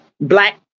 Black